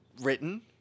written